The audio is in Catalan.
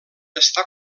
està